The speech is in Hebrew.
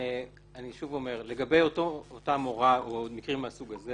אני שוב אומר, לגבי אותה מורה או מקרים מהסוג הזה